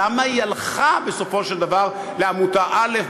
למה היא הלכה בסופו של דבר לעמותה א',